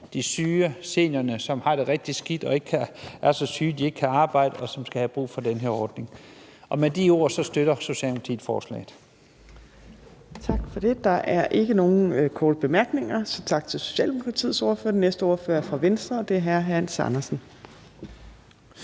de syge seniorer, som har det rigtig skidt og er så syge, at de ikke kan arbejde, og som har brug for den her ordning. Med de ord støtter Socialdemokratiet forslaget. Kl. 13:33 Fjerde næstformand (Trine Torp): Tak for det. Der er ikke nogen korte bemærkninger, så tak til Socialdemokratiets ordfører. Den næste ordfører er fra Venstre, og det er hr. Hans Andersen.